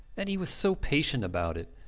and he was so patient about it.